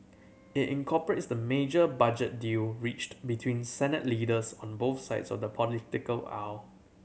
it incorporates the major budget deal reached between Senate leaders on both sides of the political aisle